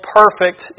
perfect